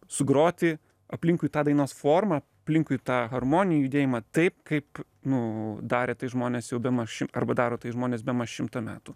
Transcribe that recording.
sugroti aplinkui tą dainos formą aplinkui tą harmoniją judėjimą taip kaip nu darė tai žmonės jau bemaž arba daro tai žmonės bemaž šimtą metų